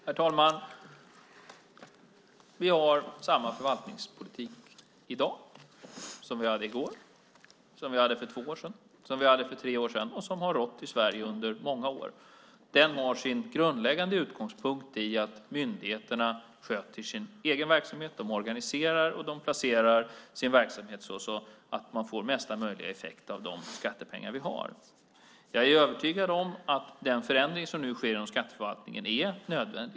Herr talman! Vi har i dag samma förvaltningspolitik som vi hade i går, som vi hade för två år sedan, som vi hade för tre år sedan och som har rått i Sverige under många år. Den har sin grundläggande utgångspunkt i att myndigheterna sköter sin egen verksamhet. De organiserar och de placerar sin verksamhet så att man får ut största möjliga effekt av de skattepengar vi har. Jag är övertygad om att den förändring som nu sker inom skatteförvaltningen är nödvändig.